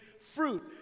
fruit